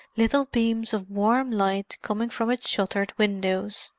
little beams of warm light coming from its shuttered windows.